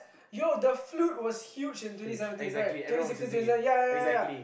yo the flute was huge in twenty seventeen right twenty sixteen twenty seventeen ya ya ya